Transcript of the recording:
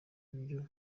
ibyo